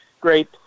great